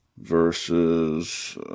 Versus